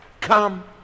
Come